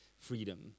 freedom